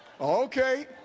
Okay